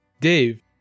Dave